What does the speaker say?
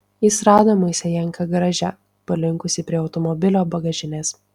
jis rado moisejenką garaže palinkusį prie automobilio bagažinės